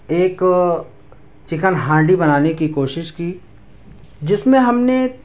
ایک چکن ہانڈی بنانے کی کوشش کی جس میں ہم نے